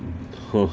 哼